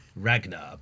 Ragnar